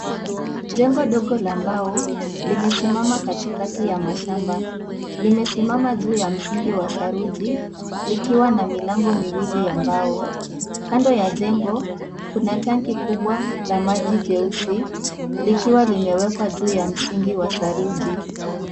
Jengo dogo la mbao, limesimama katikati ya mashamba. Limesimama juu ya msingi wa saruji likiwa na milango miwili ya mbao. Kando ya jengo, kuna tanki kubwa la maji jeusi, likiwa limewekwa juu ya msingi wa saruji.